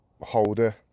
holder